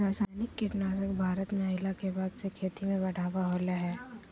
रासायनिक कीटनासक भारत में अइला के बाद से खेती में बढ़ावा होलय हें